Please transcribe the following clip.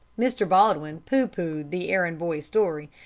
mr. baldwin pooh-poohed the errand-boy's story,